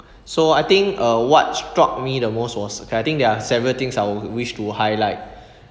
so I think uh what struck me the most was I think there are several things I will wish to highlight